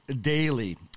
Daily